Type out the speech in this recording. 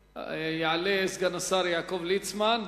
יעלה סגן השר יעקב ליצמן,